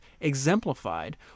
exemplified